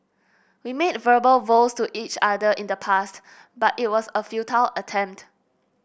we made verbal vows to each other in the past but it was a futile attempt